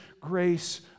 grace